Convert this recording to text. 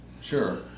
Sure